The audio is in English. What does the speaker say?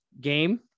game